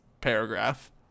paragraph